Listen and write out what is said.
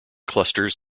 clusters